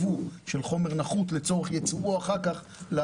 את נושא הייבוא של חומר נחות לצורך ייצוא אחר כך.